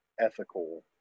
ethical